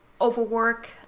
overwork